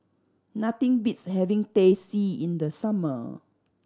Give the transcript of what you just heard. nothing beats having Teh C in the summer